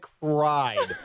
cried